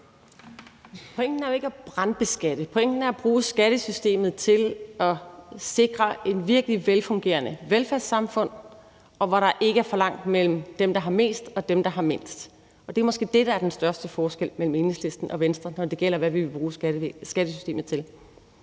Pointen er jo ikke at brandbeskatte. Pointen er at bruge skattesystemet til at sikre et virkelig velfungerende velfærdssamfund, hvor der ikke er for langt mellem dem, der har mest, og dem, der har mindst. Det er måske det, der er den største forskel mellem Enhedslisten og Venstre, når det gælder, hvad vi vil bruge skattesystemet til.